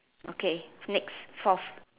okay next fourth